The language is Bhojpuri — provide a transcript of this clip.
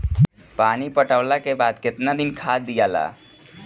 पानी पटवला के बाद केतना दिन खाद दियाला?